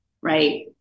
Right